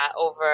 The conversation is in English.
over